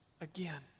again